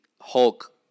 Hulk